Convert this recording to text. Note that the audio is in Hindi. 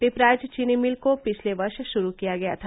पिपराइच चीनी मिल को पिछले वर्ष शुरू किया गया था